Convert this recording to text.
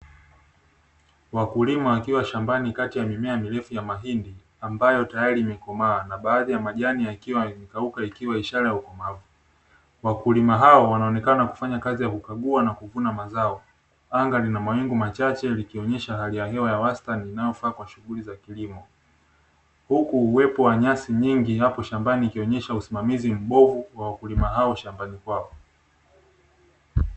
Wakulima wakiwa shambani kati ya mimea mirefu ya mahindi, ambayo tayari imekomaa na baadhi ya majani yakiwa yamekauka, ikiwa ishara ya ukomavu, wakulima hao wanaonekana kufanya kazi ya kukagua na kuvuna mazao. Anga lina mawingu machache likionyesha hali ya hewa ya wastani inayofaa kwa shughuli za kilimo, huku uwepo wa nyasi nyingi hapo shambani ikionyesha usimamizi mbovu kwa wakulima hao shambani kwao.